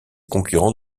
concurrents